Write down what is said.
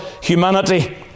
humanity